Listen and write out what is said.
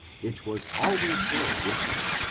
it was always so with them.